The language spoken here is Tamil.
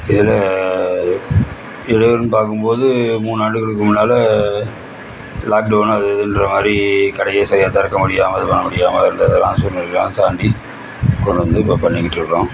இதில் இதிலேருந்து பார்க்கும் போது மூணு ஆண்டுகளுக்கு முன்னால் லாக் டவுன் அது இதுன்ற மாதிரி கடையை சரியாே திறக்க முடியாமல் இது பண்ண முடியாமல் இருந்ததெல்லாம் சூழ்நிலைகளெலாம் தாண்டி கொண்டு வந்து இப்போது பண்ணிக்கிட்டு இருக்கிறோம்